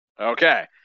Okay